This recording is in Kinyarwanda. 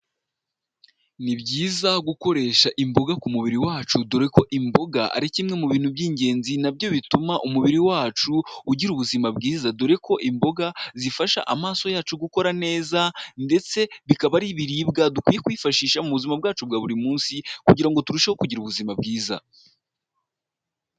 Ni byiza gukoresha imboga ku mubiri wacu dore ko imboga ari kimwe mu bintu by'ingenzi nabyo bituma umubiri wacu ugira ubuzima bwiza, dore ko imboga zifasha amaso yacu gukora neza ndetse bikaba ari ibiribwa dukwiye kwifashisha mu buzima bwacu bwa buri munsi, kugira ngo turusheho kugira ubuzima bwiza.